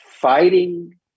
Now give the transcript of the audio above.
fighting